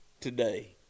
today